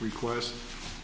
request